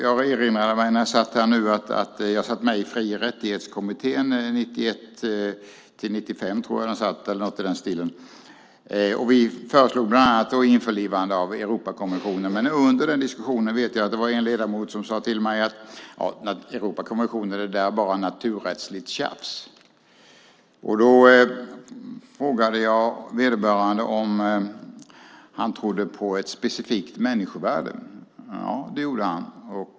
Jag erinrade mig när jag satt här att jag satt med i Fri och rättighetskommittén 1991-1995, tror jag att det var. Vi föreslog bland annat införlivande av Europakonventionen. Under den diskussionen vet jag att det var en ledamot som sade till mig att Europakonventionen är bara naturrättsligt tjafs. Då frågade jag vederbörande om han trodde på ett specifikt människovärde. Det gjorde han.